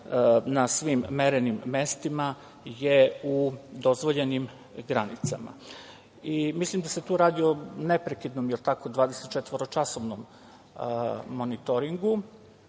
na svim merenim mestima je u dozvoljenim granicama. Mislim da se tu radi o neprekidnom dvadesetčetvoročasovnom monitoringu.